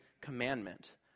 commandment